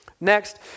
Next